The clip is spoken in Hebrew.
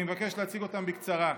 ואני מבקש להציג אותם בקצרה.